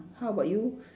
how about you